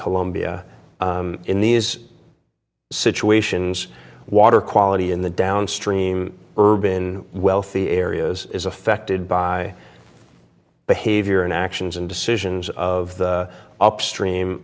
colombia in the is situations water quality in the downstream urbin wealthy areas is affected by behavior and actions and decisions of the upstream